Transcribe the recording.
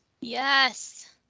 Yes